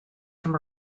from